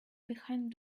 behind